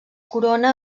corona